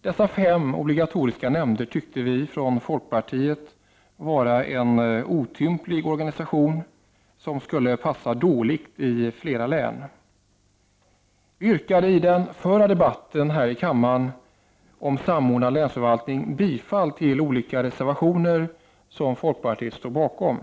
Dessa fem obligatoriska nämnder tyckte vi från folkpartiet var en otymplig organisation, som skulle passa dåligt i flera län. Folkpartiet yrkade, i den förra debatten här i kammaren om en samordnad länsförvaltning, bifall till olika reservationer som folkpartiet stod bakom.